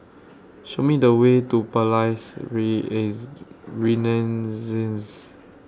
Show Me The Way to Palais Renaissance